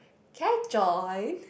can I join